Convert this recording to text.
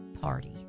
party